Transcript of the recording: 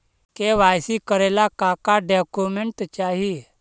KYC करे ला का का डॉक्यूमेंट चाही?